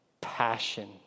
passion